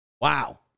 Wow